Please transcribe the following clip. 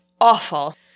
awful